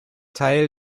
teil